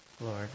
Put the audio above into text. Lord